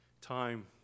time